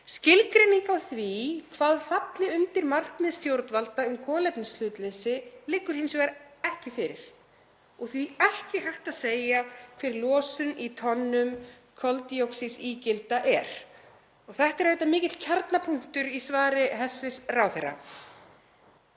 „Skilgreining á því hvað falli undir markmið stjórnvalda um kolefnishlutleysi liggur ekki fyrir og því ekki hægt að segja hver losun í tonnum koldíoxíðsígilda er.“ Þetta er auðvitað mikill kjarnapunktur í svari hæstv. ráðherra.